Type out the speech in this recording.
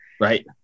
Right